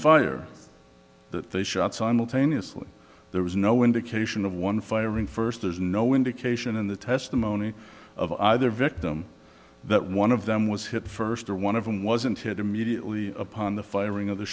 fire that they shot simultaneously there was no indication of one firing first there's no indication in the testimony of either victim that one of them was hit first or one of them wasn't hit immediately upon the firing of the